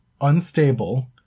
unstable